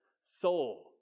soul